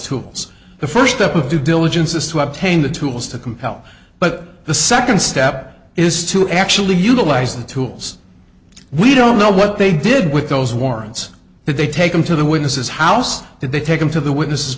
tools the first step of due diligence is to obtain the tools to compel but the second step is to actually utilize the tools we don't know what they did with those warrants but they take them to the witnesses house and they take them to the witness